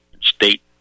state